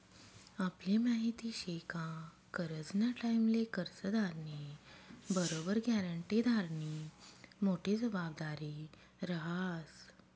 आपले माहिती शे का करजंना टाईमले कर्जदारनी बरोबर ग्यारंटीदारनी मोठी जबाबदारी रहास